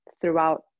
throughout